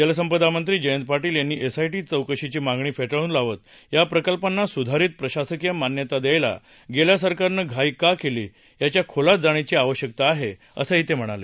जलसंपदा मंत्री जयंत पार्शिल यांनी एसआय री चौकशीची मागणी फेरळून लावत या प्रकल्पांना सुधारित प्रशासकीय मान्यता द्यायला गेल्या सरकारनं घाई का केली याच्या खोलात जाण्याची आवश्यकता आहे असं पार्पील म्हणाले